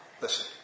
Listen